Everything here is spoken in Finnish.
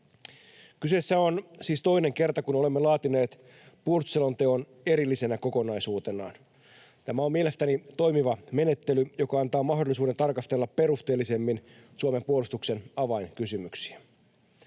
Kyseessä on siis toinen kerta, kun olemme laatineet puolustusselonteon erillisenä kokonaisuutena. Tämä on mielestäni toimiva menettely, joka antaa mahdollisuuden tarkastella perusteellisemmin Suomen puolustuksen avainkysymyksiä.